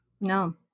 No